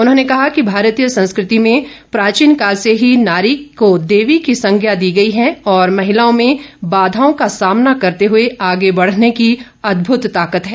उन्होंने कहा कि भारतीय संस्कृति में प्राचीनकाल से ही नारी को देवी की संज्ञा दी गई है और महिलाओं में बाघाओं का सामना करते हुए आगे बढ़ने की अदभुत ताकत है